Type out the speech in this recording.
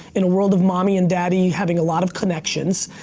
in a world of mommy and daddy having a lot of connections,